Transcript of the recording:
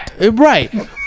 right